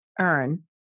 earn